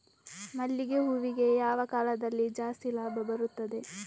ಮಲ್ಲಿಗೆ ಹೂವಿಗೆ ಯಾವ ಕಾಲದಲ್ಲಿ ಜಾಸ್ತಿ ಲಾಭ ಬರುತ್ತದೆ?